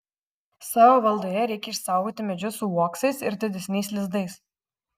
savo valdoje reikia išsaugoti medžius su uoksais ir didesniais lizdais